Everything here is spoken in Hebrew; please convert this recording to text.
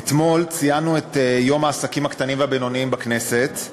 אתמול ציינו את יום העסקים הקטנים והבינוניים בכנסת,